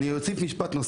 אני אוסיף עוד משפט.